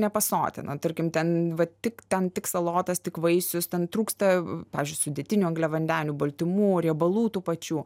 nepasotina tarkim ten va tik ten tik salotas tik vaisius ten trūksta pavyzdžiui sudėtinių angliavandenių baltymų riebalų tų pačių